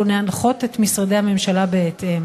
ושתקצה משאבים בהתאם